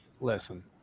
Listen